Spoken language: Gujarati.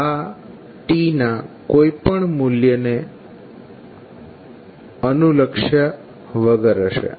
આ t ના કોઈ પણ મૂલ્યને અનુલકક્ષ્યા વગર હશે